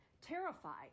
terrified